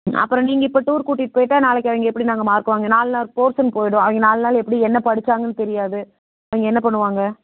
அப்புறம் நீங்கள் இப்போ டூர் கூட்டிட்டு போயிவிட்டா நாளைக்கு அவங்க எப்படி நாங்கள் மார்க் வாங்க நால் நாள் போர்ஷன் போய்விடும் அவங்க நால் நாள் எப்படி என்ன படிச்சாங்கன்னு தெரியாது அவங்க என்ன பண்ணுவாங்க